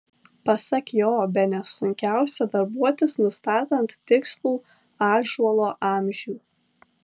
pasak jo bene sunkiausia darbuotis nustatant tikslų ąžuolo amžių